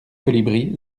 colibris